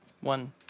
One